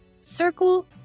Circle